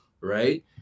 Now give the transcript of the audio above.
right